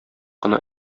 кына